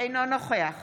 אינו נוכח